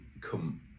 come